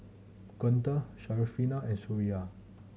Guntur Syarafina and Suria